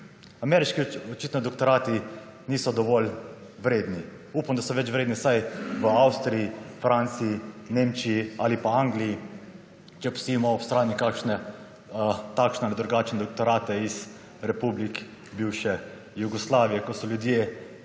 Ameriški očitno doktorati niso dovolj vredni. Upam, da so več vredni vsaj v Avstriji, Franciji, Nemčiji ali pa Angliji, če pustimo ob strani, kakšne takšne ali drugačne doktorate iz republik bivše Jugoslavije, ko so ljudje